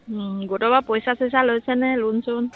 গোটৰ পৰা পইচা চইচা লৈছেনে লোন চোন